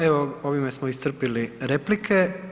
Evo ovime smo iscrpili replike.